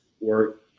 work